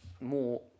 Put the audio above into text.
more